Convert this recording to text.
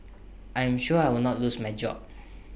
I am sure I will not lose my job